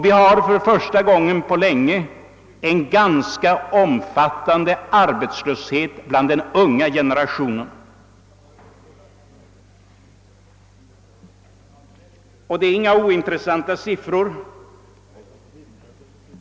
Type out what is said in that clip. Vi har för första gången på länge en ganska omfattande arbetslöshet inom den unga generationen. Det är inga ointressanta siffror.